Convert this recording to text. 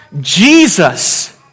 Jesus